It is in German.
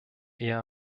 eher